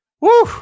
Woo